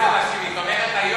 הפרוצדורה שהיא מתלוננת עליה